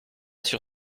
sur